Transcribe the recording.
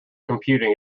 computing